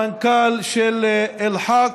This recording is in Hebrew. המנכ"ל של אל-חאק,